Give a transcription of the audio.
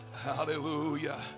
Hallelujah